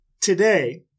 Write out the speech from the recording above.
today